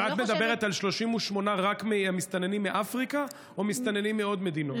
את מדברת על 38,000 רק מהמסתננים מאפריקה או מסתננים מעוד מדינות?